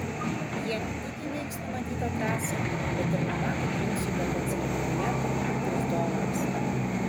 jie ne tik įveiks numatytą trasą bet ir monako princui gabens lietuvoje pagamintas dovanas